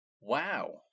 Wow